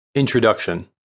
Introduction